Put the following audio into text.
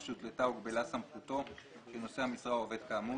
שהותלתה או הוגבלה סמכותו של נושא המשרה או העובד כאמור,